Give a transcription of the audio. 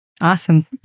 Awesome